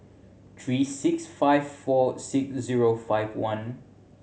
three six five four six zero five one